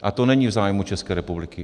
A to není v zájmu České republiky.